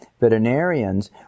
veterinarians